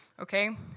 Okay